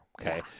Okay